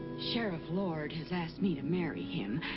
sheriff lord has asked me to marry him,